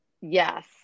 Yes